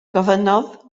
gofynnodd